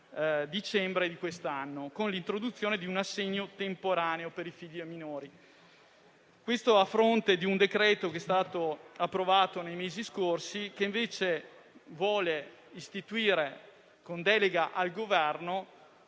dicembre di quest'anno, con l'introduzione di un assegno temporaneo per i figli minori. Questo a fronte della misura approvata nei mesi scorsi, che invece vuole istituire con delega al Governo